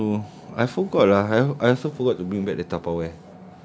it's tomorrow I forgot ah I also forgot to bring back the tupperware